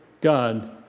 God